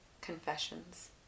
Confessions